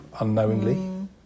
unknowingly